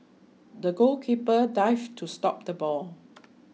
the goalkeeper dived to stop the ball